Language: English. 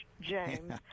James